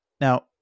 Now